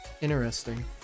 Interesting